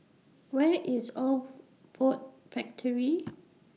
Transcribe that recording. Where IS Old Ford Factory